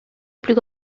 plus